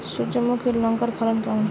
সূর্যমুখী লঙ্কার ফলন কেমন?